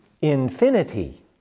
infinity